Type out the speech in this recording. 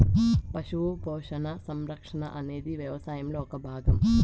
పశు పోషణ, సంరక్షణ అనేది వ్యవసాయంలో ఒక భాగం